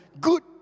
good